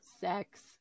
sex